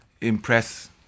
impress